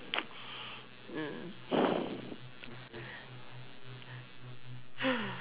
mm